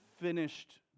finished